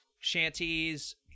shanties